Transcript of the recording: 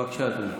בבקשה, אדוני.